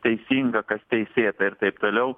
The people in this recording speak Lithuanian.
teisinga kas teisėta ir taip toliau